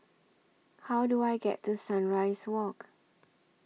How Do I get to Sunrise Walk